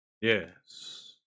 Yes